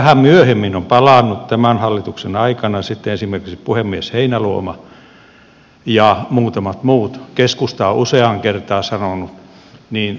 tähän myöhemmin on palannut tämän hallituksen aikana sitten esimerkiksi puhemies heinäluoma ja muutamat muut keskusta on useaan kertaan sanonut